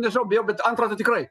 nežinau bijau betantrą tai tikrai